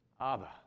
Abba